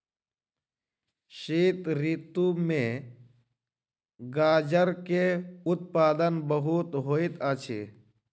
शीत ऋतू में गाजर के उत्पादन बहुत होइत अछि